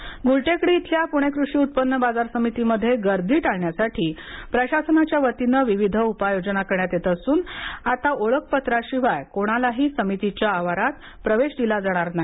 कृषी बाजार गुलटेकडी इथल्या पुणे कृषी उत्पन्न बाजार समितीमध्ये गर्दी टाळण्यासाठी प्रशासनाच्या वतीने विविध उपाययोजना करण्यात येत असून आता ओळखपत्राशिवाय कोणालाही समितीच्या आवारात प्रवेश दिला जाणार नाही